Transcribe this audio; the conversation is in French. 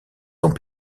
sont